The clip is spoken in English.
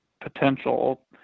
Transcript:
potential